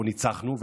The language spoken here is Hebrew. או ניצחנו,